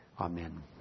Amen